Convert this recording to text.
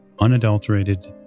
unadulterated